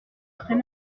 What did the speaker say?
très